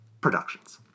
productions